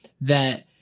that-